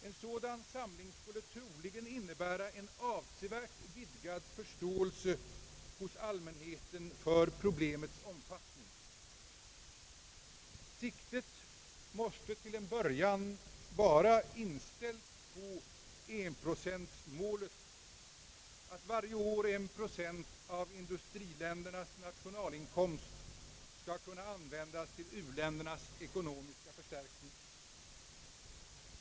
En sådan samling skulle troligen innebära en avsevärt vidgad förståelse hos allmänheten för problemets omfattning. Siktet måste till en början vara inställt på enprocentsmålet, nämligen att varje år en procent av industriländernas nationalinkomst skall kunna användas till u-ländernas ekonomiska förstärkning.